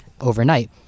overnight